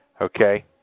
okay